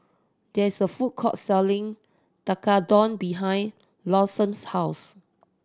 there is a food court selling Tekkadon behind Lawson's house